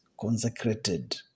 consecrated